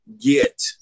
get